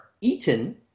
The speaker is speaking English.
eaten